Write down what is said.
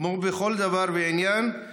כמו בכל דבר ועניין,